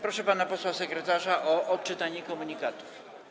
Proszę pana posła sekretarza o odczytanie komunikatów.